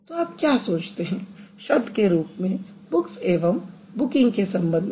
तो आप क्या सोचते हैं शब्द के रूप में बुक्स एवं बुकिंग के संबंध में